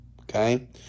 Okay